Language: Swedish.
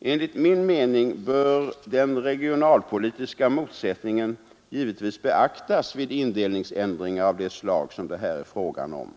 Enligt min mening bör den regionalpolitiska målsättningen givetvis beaktas vid indelningsändringar av det slag som det här är frågan om.